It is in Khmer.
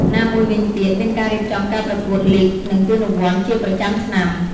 ណាមួយវិញទៀត មានការរៀបចំការប្រកួតលីគ និងពានរង្វាន់ជាប្រចាំឆ្នាំ។